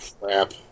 crap